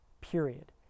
period